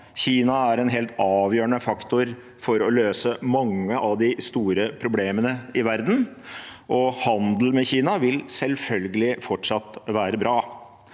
Kina er en helt avgjørende faktor for å løse mange av de store problemene i verden, og handel med Kina vil selvfølgelig fortsatt være bra.